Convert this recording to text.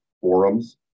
forums